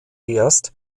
erst